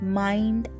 mind